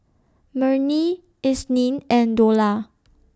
Murni Isnin and Dollah